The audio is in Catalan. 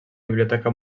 biblioteca